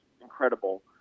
incredible